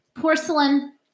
porcelain